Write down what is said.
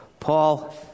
Paul